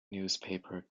newspaper